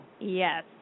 Yes